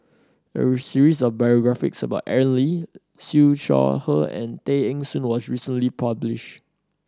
a series of biographies about Aaron Lee Siew Shaw Her and Tay Eng Soon was recently published